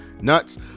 nuts